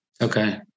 Okay